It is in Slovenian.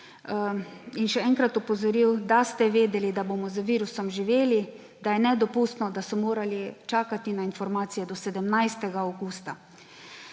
in še enkrat opozoril, da bomo z virusom živeli, da je nedopustno, da so morali čakati na informacije do 17. avgusta.